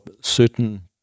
certain